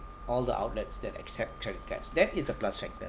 all the outlets that accept credit cards that is a plus factor